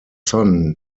son